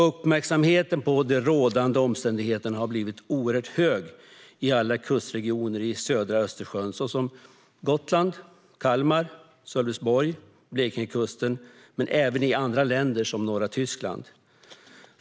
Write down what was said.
Uppmärksamheten på de rådande omständigheterna har blivit oerhört stor i alla kustregioner i södra Östersjön, såsom Gotland, Kalmar, Sölvesborg och Blekingekusten, men även i andra länder, som norra Tyskland.